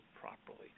properly